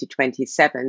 2027